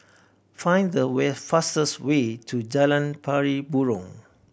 find the way fastest way to Jalan Pari Burong